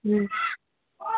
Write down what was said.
ꯎꯝ